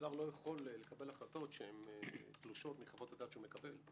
שר לא יכול לקבל החלטות שהן תלושות מחוות הדעת שהוא מקבל.